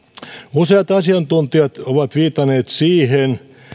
useat asiantuntijat ovat viitanneet siihen